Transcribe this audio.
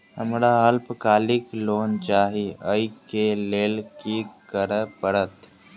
हमरा अल्पकालिक लोन चाहि अई केँ लेल की करऽ पड़त?